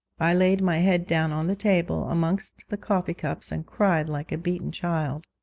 i laid my head down on the table amongst the coffee-cups and cried like a beaten child.